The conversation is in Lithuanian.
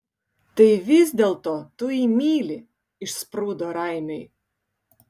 tai vis dėlto tu jį myli išsprūdo raimiui